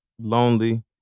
lonely